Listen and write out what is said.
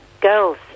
girls